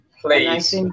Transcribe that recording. Please